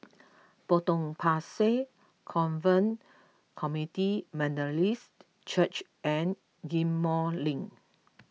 Potong Pasir Covenant Community Methodist Church and Ghim Moh Link